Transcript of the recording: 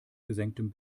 gesenktem